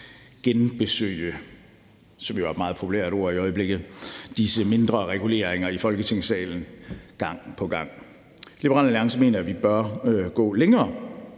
øjeblikket, disse mindre reguleringer i Folketingssalen gang på gang. Liberal Alliance mener, at vi bør gå længere